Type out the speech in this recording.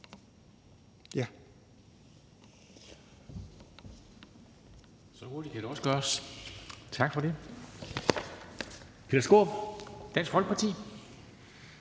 Så hurtigt kan det også gøres. Tak for det. Peter Skaarup, Dansk Folkeparti.